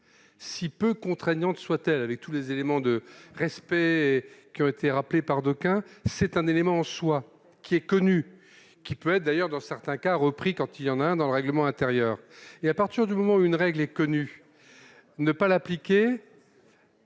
si peu contraignante soit-elle, avec tous les éléments de respect qui ont été rappelés par d'aucuns, c'est un élément soit qui est connu, qui peut être d'ailleurs dans certains cas, repris quand il y en a un dans le règlement intérieur et, à partir du moment où une règle est connue, ne pas l'appliquer.